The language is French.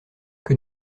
que